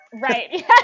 Right